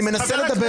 אני מנסה לדבר.